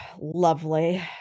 lovely